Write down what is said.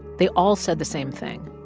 they all said the same thing.